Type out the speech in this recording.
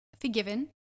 forgiven